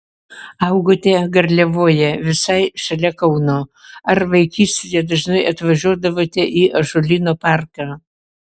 augote garliavoje visai šalia kauno ar vaikystėje dažnai atvažiuodavote į ąžuolyno parką